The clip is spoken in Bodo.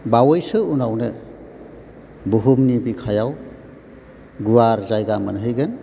बावैसो उनावनो बुहुमनि बिखायाव गुवार जायगा मोनहैगोन